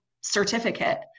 certificate